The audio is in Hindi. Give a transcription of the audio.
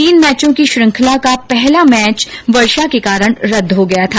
तीन मैचों की श्रंखला का पहला मैच वर्षा के कारण रद्द हो गया था